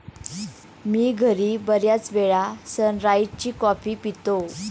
मी घरी बर्याचवेळा सनराइज ची कॉफी पितो